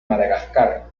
madagascar